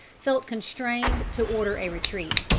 felt constrained to order a retreat.